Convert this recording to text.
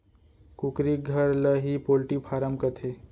कुकरी घर ल ही पोल्टी फारम कथें